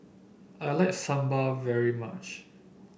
I like sambal very much